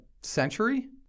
century